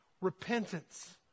repentance